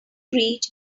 reach